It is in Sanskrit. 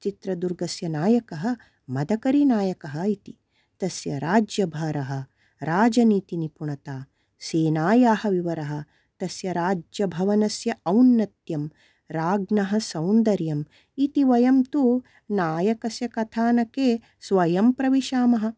चित्रदुर्गस्य नायकः मदकरी नायकः इति तस्य राज्यभारः राजनीतिनिपुणता सेनायाः विवरः तस्य राज्यभवनस्य औनत्यं राज्ञः सौन्दर्यम् इति वयं तु नायकस्य कथानके स्वयं प्रविशामः